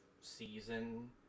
season